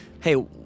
hey